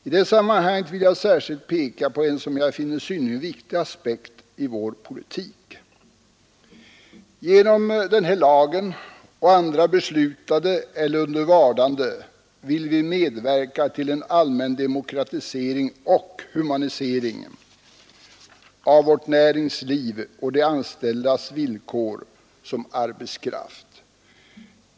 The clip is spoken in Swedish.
I detta sammanhang vill jag särskilt framhålla en synnerligen viktig aspekt i vår politik. Genom denna lag och andra, beslutade eller under vardande, vill vi medverka till en allmän demokratisering och humanisering av vårt näringsliv och de anställdas villkor som arbetskraft.